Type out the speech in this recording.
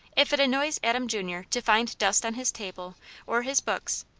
if it annoys adam jr. to find dust on his table or his books,